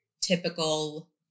typical